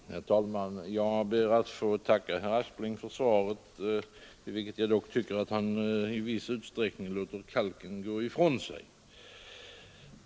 Herr talman! Jag ber att få tacka herr Aspling för svaret, fastän jag tycker att han där i viss utsträckning låter kalken gå ifrån sig.